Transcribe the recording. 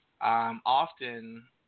often